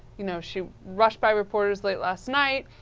you know she rushed by reporters late last night.